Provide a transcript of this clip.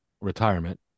retirement